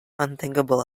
unthinkable